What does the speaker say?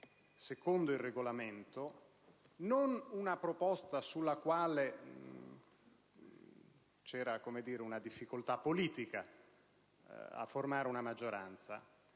secondo il Regolamento, non una proposta, sulla quale c'era una difficoltà politica a formare una maggioranza,